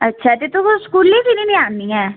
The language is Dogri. अच्छा ते तूं स्कूलै कैह्ली निं आ'न्नी ऐं